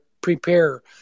prepare